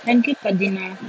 thank you fazlinah